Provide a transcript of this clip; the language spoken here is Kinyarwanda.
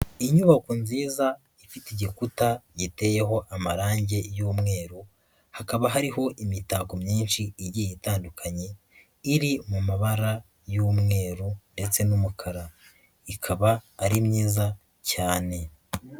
Inyubako nziza ifite igikuta giteyeho amarangi y'umweru hakaba hariho imitako myinshi igiye itandukanye iri mu mabara y'umweru ndetse n'umukara, ikaba ari myiza cyane.